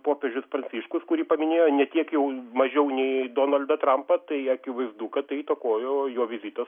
popiežius pranciškus kurį paminėjo ne tiek jau mažiau nei donaldą trampą tai akivaizdu kad tai įtakojo jo vizitas